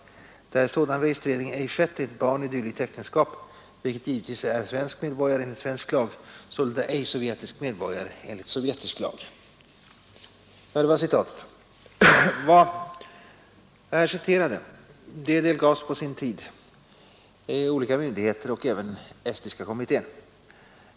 Därest sådan registrering ej skett, är ett barn i dylikt äktenskap, vilket givetvis är svensk medborgare enligt svensk lag, sålunda ej sovjetisk medborgare enligt sovjetisk lag.” Vad här citerats delgavs på sin tid — förutom olika myndigheter även Estniska kommittén.